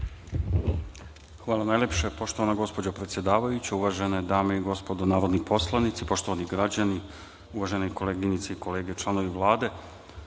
Hvala najlepše. Poštovana gospođo predsedavajuća, uvažene dame i gospodo narodni poslanici, poštovani građani, uvažene koleginice i kolege članovi Vlade,